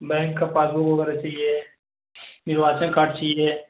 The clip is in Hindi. बैंक का पासबुक वगैरह चाहिए निर्वाचन कार्ड चाहिए